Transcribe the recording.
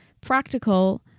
practical